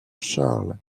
charles